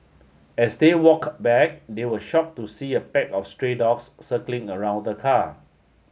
as they walk back they were shock to see a pack of stray dogs circling around the car